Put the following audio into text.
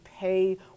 pay